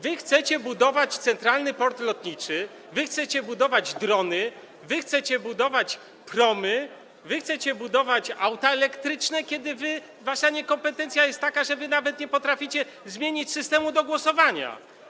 Wy chcecie budować Centralny Port Lotniczy, wy chcecie budować drony, wy chcecie budować promy, wy chcecie budować auta elektryczne, kiedy wasza niekompetencja jest taka, że nawet nie potraficie zmienić systemu do głosowania.